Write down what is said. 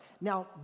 Now